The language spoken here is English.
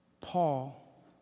Paul